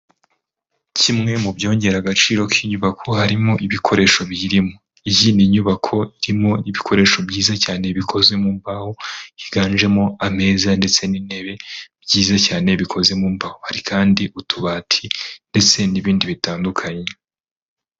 Kimwe mu byongera agaciro k'inyubako harimo ibikoresho biyirimo, iyi ni inyubako irimo ibikoresho byiza cyane bikoze mu mbaho, higanjemo ameza ndetse n'intebe byiza cyane, bikoze mu mbaho, hari kandi utubati ndetse n'ibindi bitandukanye.